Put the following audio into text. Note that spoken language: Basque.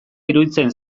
iruditzen